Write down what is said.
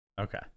okay